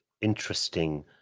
interesting